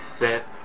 set